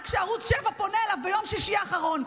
רק כשערוץ 7 פונה אליו ביום שישי האחרון,